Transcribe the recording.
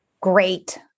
great